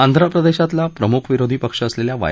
आंध्रप्रदेशातला प्रमुख विरोधी पक्ष असलेल्या वाय